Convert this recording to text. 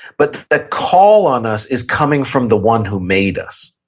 but that call on us is coming from the one who made us.